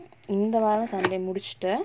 இந்த வாரோ:intha vaaro sunday முடிச்சிட்ட:mudichitta